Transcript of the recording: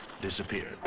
disappeared